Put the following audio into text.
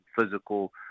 physical